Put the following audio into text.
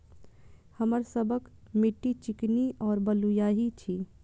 हमर सबक मिट्टी चिकनी और बलुयाही छी?